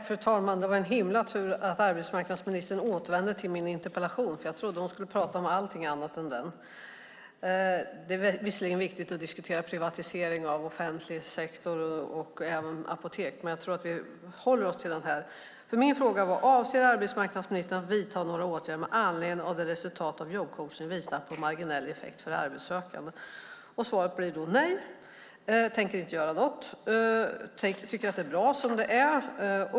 Fru talman! Det var tur att arbetsmarknadsministern återvände till min interpellation. Jag trodde att hon skulle tala om allting annat än den. Det är visserligen viktigt att diskutera privatisering av offentlig sektor och även apotek. Men jag tror att vi håller oss till interpellationen. Min fråga var: Avser arbetsmarknadsministern att vidta några åtgärder med anledning av att resultatet av jobbcoachning har visat på marginell effekt för arbetssökande? Svaret på den frågan är nej. Hon tänker inte göra något. Hon tycker att det är bra som det är.